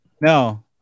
No